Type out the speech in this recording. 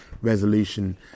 resolution